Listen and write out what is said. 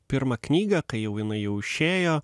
pirmą knygą kai jau jinai jau išėjo